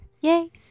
Yay